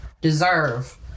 deserve